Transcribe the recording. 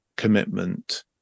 commitment